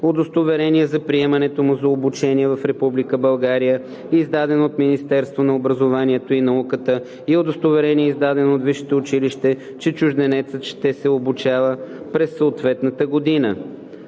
удостоверение за приемането му за обучение в Република България, издадено от Министерството на образованието и науката, и удостоверение, издадено от висшето училище, че чужденецът ще се обучава през съответната година;